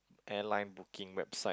airline booking website